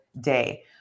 day